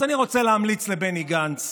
אז אני רוצה להמליץ לבני גנץ